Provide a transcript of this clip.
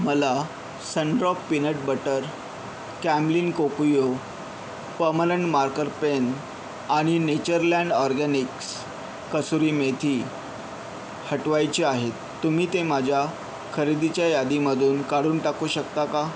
मला Sundrop peanut butter Camlin Kokuyo permanent marker pen आणि Natureland Organics kasuri methi हटवायचे आहे तुम्ही ते माझ्या खरेदीच्या यादीमधून काढून टाकू शकता का